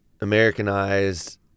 Americanized